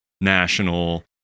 national